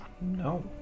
No